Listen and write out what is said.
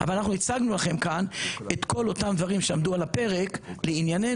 אבל הצגנו לכם כאן את כל אותם הדברים שעמדו על הפרק לענייננו,